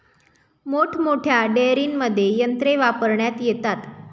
मोठमोठ्या डेअरींमध्ये यंत्रे वापरण्यात येतात